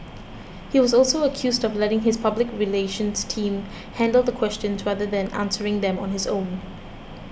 he was also accused of letting his public relations team handle the questions rather than answering them on his own